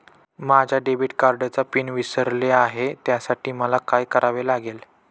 माझ्या डेबिट कार्डचा पिन विसरले आहे त्यासाठी मला काय करावे लागेल?